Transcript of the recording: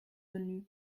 venu